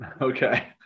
Okay